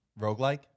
Roguelike